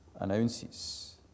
announces